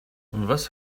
was